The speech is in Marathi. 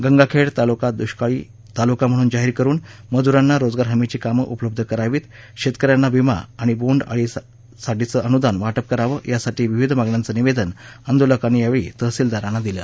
गंगाखेड तालुका दुष्काळी तालुका म्हणून जाहिर करुन मजूरांना रोजगार हमीची कामं उपलब्ध करावी शेतकन्यांना विमा आणि बोंड अळीसाठीचं अनुदान वाटप करावं यासह विविध मागण्यांचं निवेदन आंदोलकांनी यावेळी तहसिलदारांना दिलं